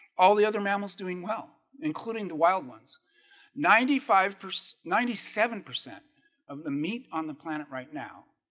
all the other mammals doing well including the wild ones ninety five ninety seven percent of the meat on the planet right now.